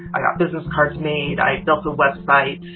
i got business cards made. i built a website.